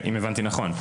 אם הבנתי נכון,